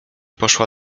poszła